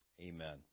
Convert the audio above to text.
Amen